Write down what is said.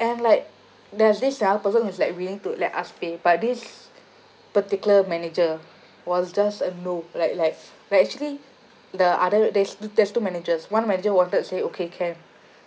and like there's this another person who is like willing to let us pay but this particular manager was just a no like like but actually the other there's there's two managers one manager wanted to say okay can